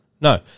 No